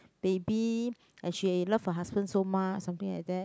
baby and she love her husband so much something like that